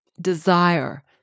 desire